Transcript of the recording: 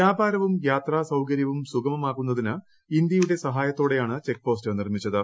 വ്യാപാരവും യാത്രാ സൌകര്യവും സുഗമമാക്കുന്നതിന് ഇന്ത്യയുടെ സഹായത്തോടെയാണ് ചെക്ക് പോസ്റ്റ് നിർമ്മിച്ചത്